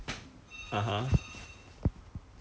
eh not SkillsFuture the the my career thing